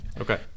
Okay